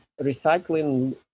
recycling